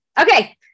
okay